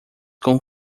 com